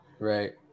right